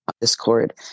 Discord